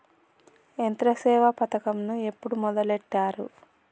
యంత్రసేవ పథకమును ఎప్పుడు మొదలెట్టారు?